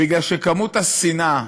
בגלל שכמות השנאה